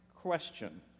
question